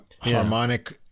harmonic